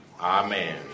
Amen